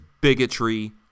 bigotry